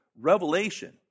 revelation